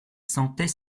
sentait